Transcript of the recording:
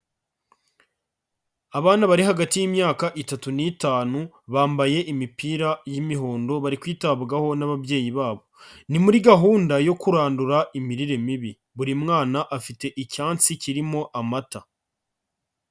Abana bari hagati y'imyaka itatu n'itanu bambaye imipira y'imihondo bari kwitabwaho n'ababyeyi babo. Ni muri gahunda yo kurandura imirire mibi, buri mwana afite icyansi kirimo amata.